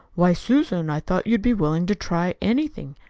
why, susan, i thought you'd be willing to try anything,